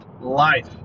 Life